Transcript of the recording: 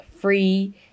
free